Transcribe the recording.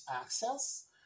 access